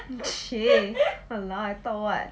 !chey! !walao! I thought what